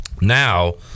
Now